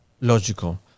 logical